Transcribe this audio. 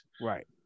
Right